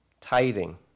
Tithing